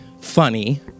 funny